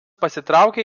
pasitraukė